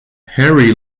harry